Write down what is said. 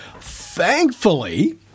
thankfully